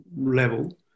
level